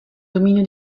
dominio